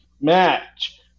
match